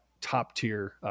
top-tier